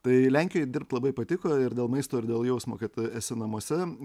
tai lenkijoj dirbt labai patiko ir dėl maisto ir dėl jausmo kad esi namuose